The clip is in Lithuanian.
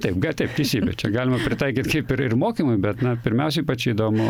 taip gal taip teisybė čia galima pritaikyt kaip ir ir mokymui bet na pirmiausiai ypač įdomu